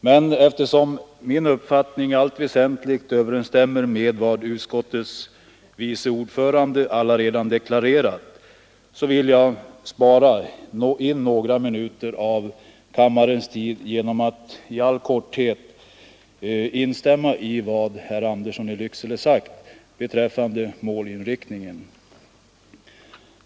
Men eftersom min uppfattning i allt väsentligt överensstämmer med vad utskottets vice ordförande redan deklarerat, vill jag spara in några minuter av kammarens tid genom att i all korthet instämma i vad herr Andersson i Lycksele sagt beträffande målinriktningen.